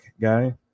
guy